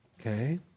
Okay